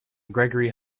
gregory